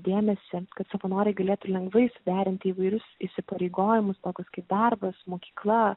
dėmesį kad savanoriai galėtų lengvai suderinti įvairius įsipareigojimus tokius kaip darbas mokykla